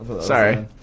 Sorry